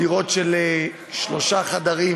דירות של שלושה חדרים.